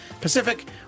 Pacific